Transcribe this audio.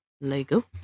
Lego